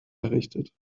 errichtet